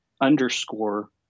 underscore